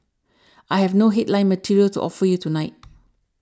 I have no headline material to offer you tonight